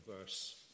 verse